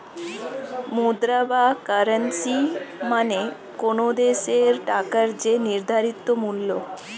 মুদ্রা বা কারেন্সী মানে কোনো দেশের টাকার যে নির্ধারিত মূল্য